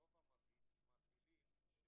נטפל בכל